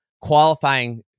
qualifying